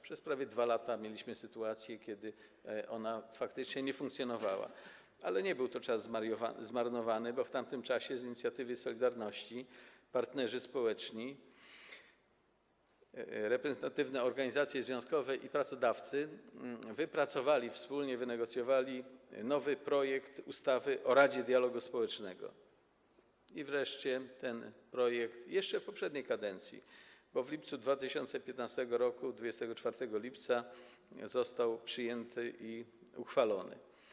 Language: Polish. Przez prawie 2 lata mieliśmy sytuację, kiedy ona faktycznie nie funkcjonowała, ale nie był to czas zmarnowany, bo w tamtym czasie z inicjatywy „Solidarności” partnerzy społeczni - reprezentatywne organizacje związkowe i pracodawcy - wypracowali wspólnie, wynegocjowali nowy projekt ustawy o Radzie Dialogu Społecznego i ten projekt - jeszcze w poprzedniej kadencji, bo w lipcu 2015 r., 24 lipca - został przyjęty i uchwalony.